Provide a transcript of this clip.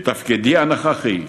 בתפקידי הנוכחי,